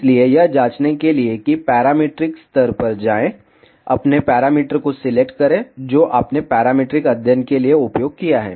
इसलिए यह जांचने के लिए कि पैरामीट्रिक स्तर पर जाएं अपने पैरामीटर को सिलेक्ट करें जो आपने पैरामीट्रिक अध्ययन के लिए उपयोग किया है